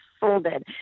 folded